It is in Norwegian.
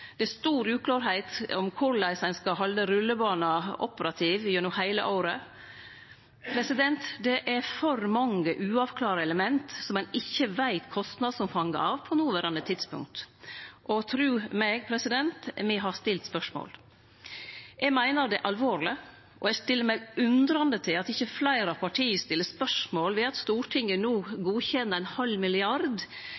det er plass til alliert hangar. Det er stor uklarheit om korleis ein skal halde rullebana operativ gjennom heile året. Det er for mange uavklarte element som ein ikkje veit kostnadsomfanget av på noverande tidspunkt. Og tru meg, me har stilt spørsmål. Eg meiner det er alvorleg, og eg stiller meg undrande til at ikkje fleire av partia stiller spørsmål ved at Stortinget no